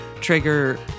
Trigger